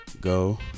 Go